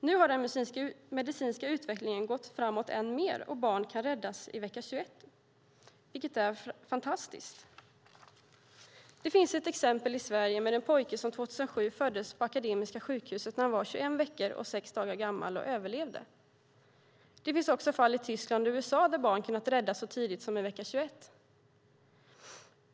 Nu har den medicinska utvecklingen gått framåt än mer, och barn kan räddas i vecka 21, vilket är fantastiskt. Det finns ett exempel i Sverige med en pojke som 2007 föddes på Akademiska sjukhuset när han var 21 veckor och sex dagar gammal och överlevde. Det finns också fall i Tyskland och USA där barn kunnat räddas så tidigt som i vecka 21.